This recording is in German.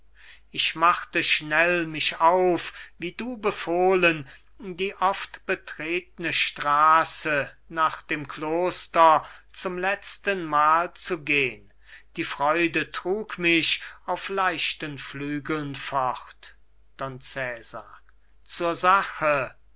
ich machte schnell mich auf wie du befohlen die oft betretne straße nach dem kloster zum letztenmal zu gehn die freude trug mich auf leichten flügeln fort don cesar zur sache